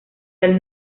del